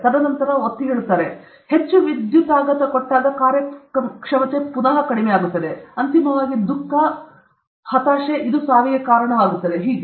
ತದನಂತರ ಅವರು ಒಮ್ಮೆ ಒತ್ತಿಹೇಳಿದ್ದಾರೆ ಹೆಚ್ಚು ವಿದ್ಯುತ್ ಆಘಾತ ಮತ್ತೊಮ್ಮೆ ಕಾರ್ಯಕ್ಷಮತೆ ಕಡಿಮೆಯಾಗುತ್ತದೆ ಅಂತಿಮವಾಗಿ ದುಃಖ ಮತ್ತು ಅಂತಿಮವಾಗಿ ಇದು ಸಾವಿಗೆ ಕಾರಣವಾಗುತ್ತದೆ ಮತ್ತು ಹೀಗೆ